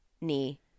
knee